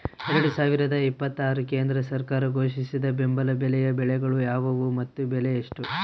ಎರಡು ಸಾವಿರದ ಇಪ್ಪತ್ತರ ಕೇಂದ್ರ ಸರ್ಕಾರ ಘೋಷಿಸಿದ ಬೆಂಬಲ ಬೆಲೆಯ ಬೆಳೆಗಳು ಯಾವುವು ಮತ್ತು ಬೆಲೆ ಎಷ್ಟು?